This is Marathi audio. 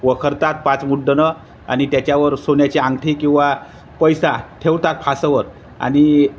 वखरतात पाच मुड्डनं आणि त्याच्यावर सोन्याची अंगठी किंवा पैसा ठेवतात फासंवर आणि